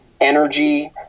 energy